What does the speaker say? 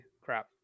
Crap